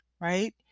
right